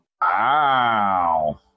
Wow